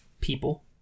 people